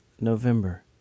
November